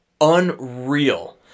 unreal